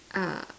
uh